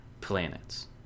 planets